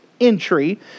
entry